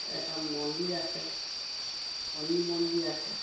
এটা মন্দিৰ আছে শনি মন্দিৰ আছে